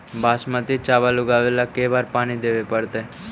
बासमती चावल उगावेला के बार पानी देवे पड़तै?